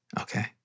Okay